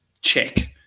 Check